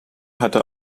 hatte